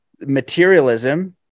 materialism